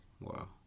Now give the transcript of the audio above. Wow